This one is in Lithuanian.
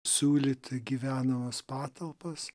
siūlyti gyvenamas patalpas